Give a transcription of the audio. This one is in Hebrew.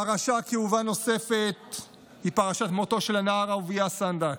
פרשה כאובה נוספת היא פרשת מותו של הנער אהוביה סנדק,